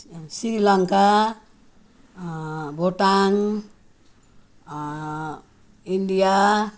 श्री लङ्का भोटाङ इन्डिया